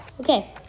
Okay